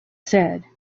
said